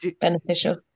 beneficial